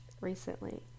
recently